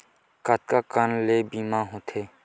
कतका कन ले बीमा होथे?